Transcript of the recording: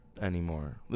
anymore